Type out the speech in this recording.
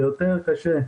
זה יותר קשה,